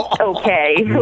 okay